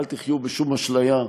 אל תחיו בשום אשליה,